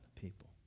people